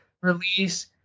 Release